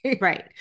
Right